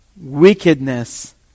wickedness